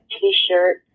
t-shirt